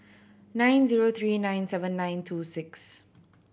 nine zero three nine seven nine two six